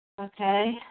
Okay